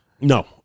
No